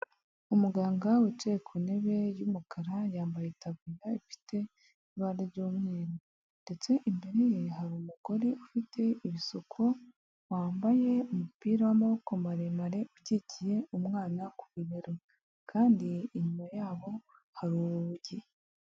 Umuganga wicaye ku ntebe y'umukara, yambaye itaburiya ifite ibara ry'umweru ndetse imbere ye hari umugore ufite ibisuko, wambaye umupira w'amaboko maremare, ukikiye umwana ku bibero kandi inyuma yabo hari urugi.